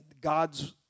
God's